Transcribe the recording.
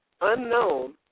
unknown